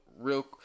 real